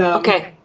okay.